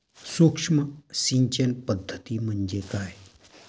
सूक्ष्म सिंचन पद्धती म्हणजे काय?